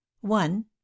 one